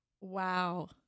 Wow